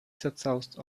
zerzaust